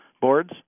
boards